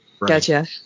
Gotcha